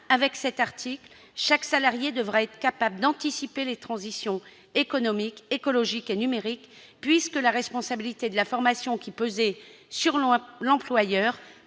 avec cet article, chaque salarié devra être capable d'anticiper les transitions économiques, écologiques et numériques, puisque la responsabilité de la formation, qui pesait sur l'employeur,